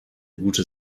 gute